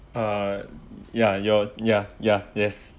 uh ya your ya ya yes